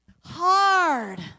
Hard